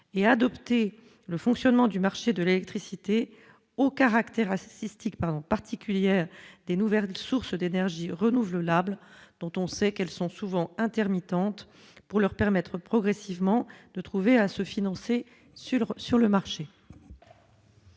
et adopté le fonctionnement du marché de l'électricité au caractère raciste pardon particulière des nouvelles sources d'énergie renouvelables dont on sait qu'elles sont souvent intermittente pour leur permettre progressivement de trouver à se financer sur sur le marché.